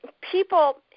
people